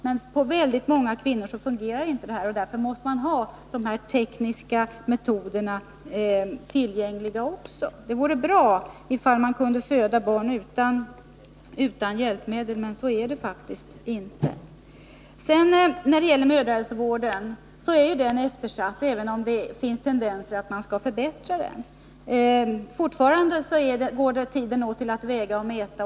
Men på många kvinnor fungerar den inte, och därför måste man också ha de tekniska metoderna tillgängliga. Det vore bra ifall man kunde föda barn utan hjälpmedel, men det går faktiskt inte. Mödrahälsovården är eftersatt, även om det finns tendenser att förbättra den. Fortfarande går tiden mest åt till att väga och mäta.